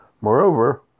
Moreover